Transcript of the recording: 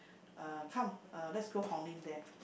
uh come uh let's go Hong-Lim there